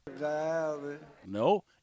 No